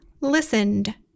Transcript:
listened